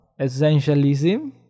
essentialism